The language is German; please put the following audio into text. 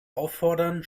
auffordern